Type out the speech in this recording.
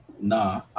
nah